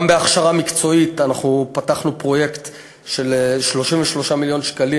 גם בהכשרה מקצועית אנחנו פתחנו פרויקט של 33 מיליון שקלים,